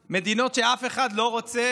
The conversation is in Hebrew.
מדינות עם אבטלה, מדינות שאף אחד לא רוצה